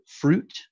fruit